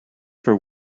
for